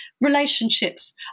relationships